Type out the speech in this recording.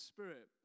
Spirit